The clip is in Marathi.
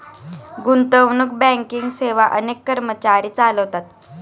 गुंतवणूक बँकिंग सेवा अनेक कर्मचारी चालवतात